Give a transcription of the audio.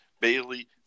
Bailey